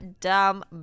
dumb